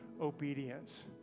obedience